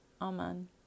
Amen